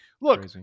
look